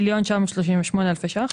1,938,000 ₪.